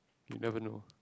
never know